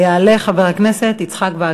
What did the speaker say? הצעות לסדר-היום מס' 1186, 1188, 1195 ו-1201.